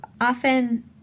often